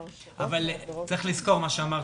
צריך לזכור שבשנה